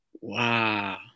wow